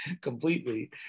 completely